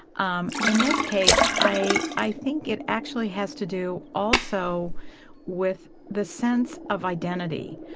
um in this case i i think it actually has to do also with the sense of identity.